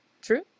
True